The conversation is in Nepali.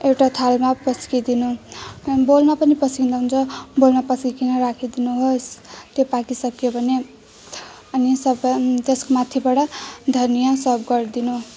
एउटा थालमा पस्किदिनु बलमा पनि पस्किँदा हुन्छ बलमा पस्किकन राखिदिनु होस् त्यो पाकिसक्यो भने अनि सब त्यसमाथिबाट धनिया सर्भ गरिदिनु